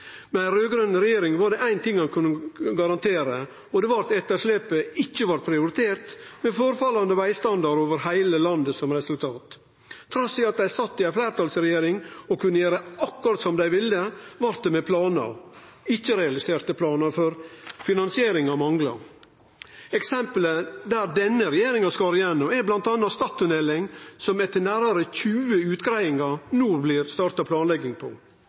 ting ein kunne garantere, og det var at etterslepet ikkje blei prioritert, med forfall i vegstandarden over heile landet som resultat. Trass i at dei sat i ei fleirtalsregjering og kunne gjere akkurat som dei ville, blei det med planar – ikkje realiserte planar, for finansieringa mangla. Eit eksempel der denne regjeringa skar gjennom, er Stad skipstunnel, som ein etter nærmare 20 utgreiingar no